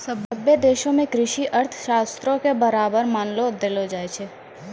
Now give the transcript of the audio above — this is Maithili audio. सभ्भे देशो मे कृषि अर्थशास्त्रो के बराबर मान देलो जाय छै